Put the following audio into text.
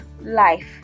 life